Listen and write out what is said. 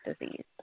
disease